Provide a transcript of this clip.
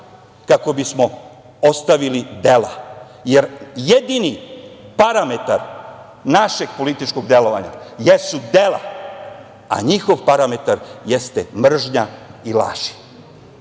kako bismo ostavili dela. Jer, jedini parametar našeg političkog delovanja jesu dela, a njihov parametar jeste mržnja i laži. Mi